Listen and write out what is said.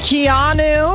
Keanu